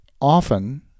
often